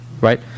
right